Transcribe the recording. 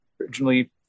originally